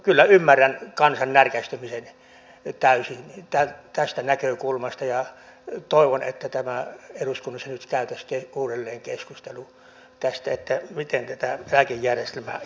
kyllä ymmärrän täysin kansan närkästymisen tästä näkökulmasta ja toivon että eduskunnassa nyt käytäisiin uudelleen keskustelu tästä miten tätä eläkejärjestelmää jatketaan